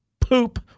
poop